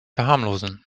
verharmlosen